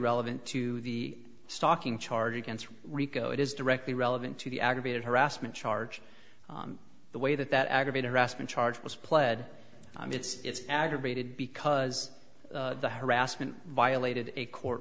relevant to the stalking charge against rico it is directly relevant to the aggravated harassment charge and the way that that aggravated harassment charge was pled i'm it's aggravated because the harassment violated a court